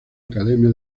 academia